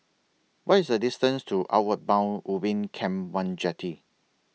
What IS The distance to Outward Bound Ubin Camp one Jetty